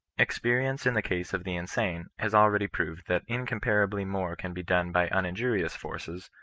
experience in the case of the in sane has already proved that incomparably more can be done by uninjurious forces,